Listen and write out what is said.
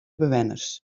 bewenners